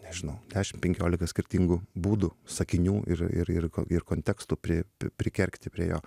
nežinau penkiolika skirtingų būdų sakinių ir ir ir ir kontekstų pri prikergti prie jo